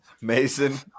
Mason